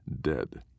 dead